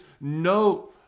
no